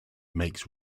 makes